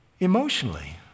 emotionally